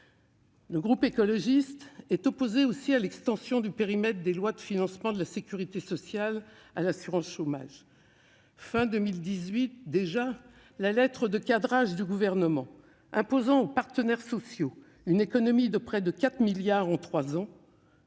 Le groupe écologiste est également opposé à l'extension du périmètre des lois de financement de la sécurité sociale à l'assurance chômage. À la fin de l'année 2018 déjà, la lettre de cadrage du Gouvernement imposant aux partenaires sociaux une économie de près de 4 milliards d'euros